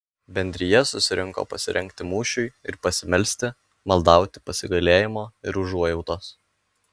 bendrija susirinko pasirengti mūšiui ir pasimelsti maldauti pasigailėjimo ir užuojautos